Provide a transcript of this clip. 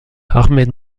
ahmed